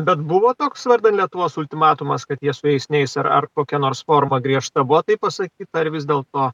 bet buvo toks vardan lietuvos ultimatumas kad jie sueis neis ar kokia nors forma griežta buvo taip pasakyta ar vis dėl to